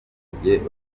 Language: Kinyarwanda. abaturage